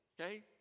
okay